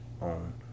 on